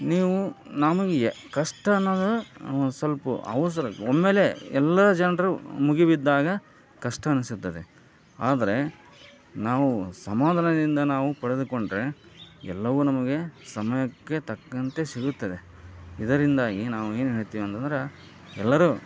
ನೀವು ನಮ್ಗೆ ಯ ಕಷ್ಟ ಅನ್ನೋದು ಒಂಡೈ ಸ್ವಲ್ಪ ಅವಸರ ಒಮ್ಮೆಲೇ ಎಲ್ಲ ಜನರು ಮುಗಿಬಿದ್ದಾಗ ಕಷ್ಟ ಅನಿಸುತ್ತದೆ ಆದರೆ ನಾವು ಸಮಾಧಾನದಿಂದ ನಾವು ಪಡೆದುಕೊಂಡರೆ ಎಲ್ಲವೂ ನಮಗೆ ಸಮಯಕ್ಕೆ ತಕ್ಕಂತೆ ಸಿಗುತ್ತದೆ ಇದರಿಂದಾಗಿ ನಾವು ಏನು ಹೇಳ್ತೀವಂತಂದ್ರೆ ಎಲ್ಲರೂ